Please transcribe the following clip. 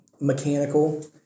mechanical